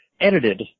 edited